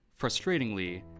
Frustratingly